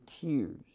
tears